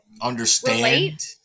understand